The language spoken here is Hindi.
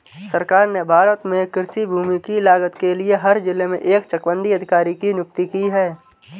सरकार ने भारत में कृषि भूमि की लागत के लिए हर जिले में एक चकबंदी अधिकारी की नियुक्ति की है